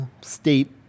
state